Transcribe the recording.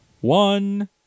one